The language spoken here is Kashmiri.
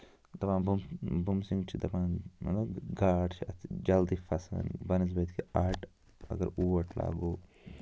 دَپان بُم بُمسِنۍ چھِ دَپان گاڈ چھِ اَتھ جَلدی پھسان بَنسبت کہِ اَٹ اَگر اوٹ لاگو